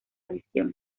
visión